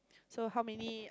so how many